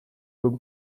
room